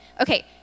Okay